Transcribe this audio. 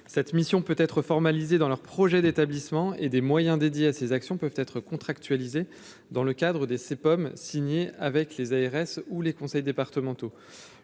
cette mission peut être formalisée dans leur projet d'établissement et des moyens dédiés à ces actions peuvent être contractualisé dans le cadre des ses pommes signé avec les ARS ou les conseils départementaux